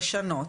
לשנות,